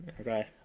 okay